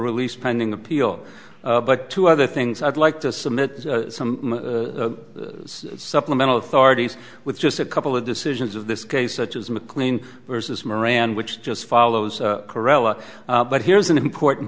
released pending appeal but two other things i'd like to submit some supplemental authorities with just a couple of decisions of this case such as mclean versus moran which just follows corella but here's an important